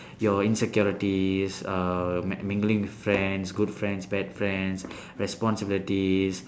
your insecurities uh m~ mingling with friends good friends bad friends responsibilities